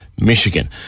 Michigan